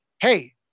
hey